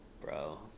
bro